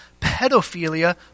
pedophilia